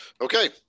Okay